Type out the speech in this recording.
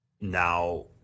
now